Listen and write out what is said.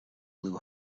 blew